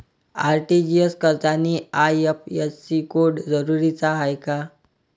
RTGS करतांनी IFSC code जरुरीचा हाय का?